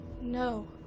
No